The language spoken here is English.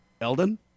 Eldon